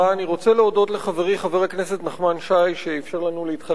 אני רוצה להודות לחברי חבר הכנסת נחמן שי שאפשר לנו להתחלף,